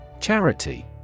Charity